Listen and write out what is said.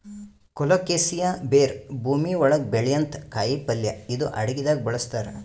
colocasia ಬೇರ್ ಭೂಮಿ ಒಳಗ್ ಬೆಳ್ಯಂಥ ಕಾಯಿಪಲ್ಯ ಇದು ಅಡಗಿದಾಗ್ ಬಳಸ್ತಾರ್